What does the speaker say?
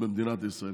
במדינת ישראל.